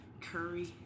Curry